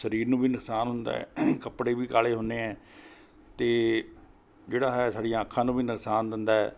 ਸਰੀਰ ਨੂੰ ਵੀ ਨੁਕਸਾਨ ਹੁੰਦਾ ਕੱਪੜੇ ਵੀ ਕਾਲੇ ਹੁੰਦੇ ਹੈ ਅਤੇ ਜਿਹੜਾ ਹੈ ਸਾਡੀਆਂ ਅੱਖਾਂ ਨੂੰ ਵੀ ਨੁਕਸਾਨ ਦਿੰਦਾ ਹੈ